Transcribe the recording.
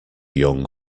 young